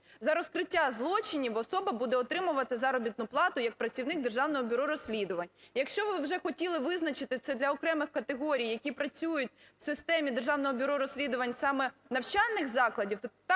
За розкриття злочинів особа буде отримувати заробітну плату як працівник Державного бюро розслідувань. Якщо ви вже хотіли визначити це для окремих категорій, які працюють в системі Державного бюро розслідувань, саме навчальних закладів,